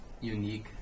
unique